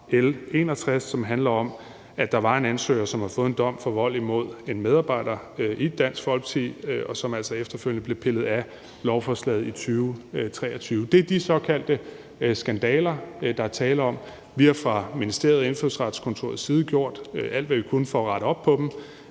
L 61, som handler om, at der var en ansøger, som har fået en dom for vold imod en medarbejder i Dansk Folkeparti, og som altså efterfølgende blev pillet af lovforslaget i 2023. Det er de såkaldte skandaler, der er tale om. Vi har ministeriets og Indfødsretskontorets side gjort alt, hvad vi kunne for at rette op på dem,